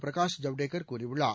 பிரகாஷ் ஜவ்டேகர் கூறியுள்ளார்